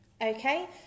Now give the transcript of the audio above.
okay